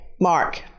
mark